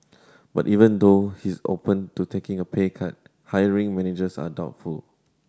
but even though he is open to taking a pay cut hiring managers are doubtful